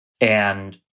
And-